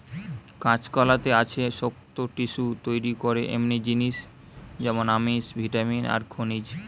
কাঁচকলাতে আছে শক্ত টিস্যু তইরি করে এমনি জিনিস যেমন আমিষ, ভিটামিন আর খনিজ